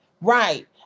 Right